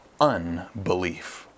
unbelief